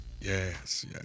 Yes